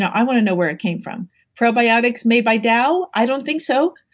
i want to know where it came from probiotics made by dow. i don't think so.